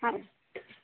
ହଁ